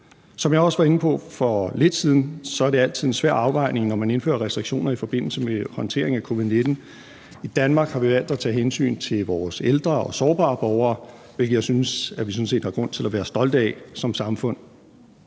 Som jeg også var inde på for lidt siden, er det altid en svær afvejning, når man indfører restriktioner i forbindelse med håndtering af covid-19. I Danmark har vi valgt at tage hensyn til vores ældre og sårbare borgere, hvilket jeg synes vi sådan set har grund til at være stolte af som samfund.